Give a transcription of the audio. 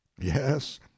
yes